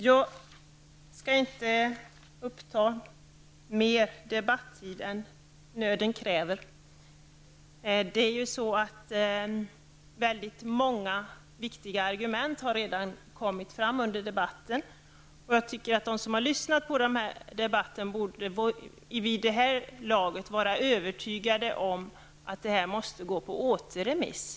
Jag skall inte uppta mer debattid än nöden kräver. Många viktiga argument har redan kommit fram under debatten. Jag tycker att de som har lyssnat på den här debatten vid det här laget borde vara övertygade om att det här måste gå på återremiss.